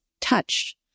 touch